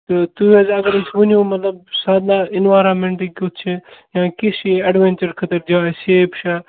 تہٕ تُہۍ حظ اگر اَسہِ ؤنِو مطلب سادنہ اِنوارَمٮ۪نٹ کیُتھ چھِ یا کِژھ چھِ یہِ اٮ۪ڈوٮ۪نچَر خٲطر جاے سیف چھا